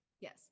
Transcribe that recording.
Yes